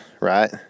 right